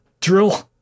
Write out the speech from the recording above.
drill